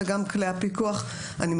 ואני מניחה שגם כלי הפיקוח ניתנו.